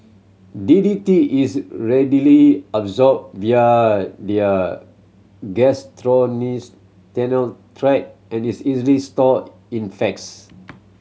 D D T is readily absorbed via via gastrointestinal tract and is easily stored in facts